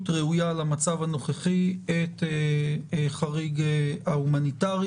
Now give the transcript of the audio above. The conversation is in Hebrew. ראויה למצב הנוכחי את החריג ההומניטרי.